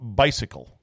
bicycle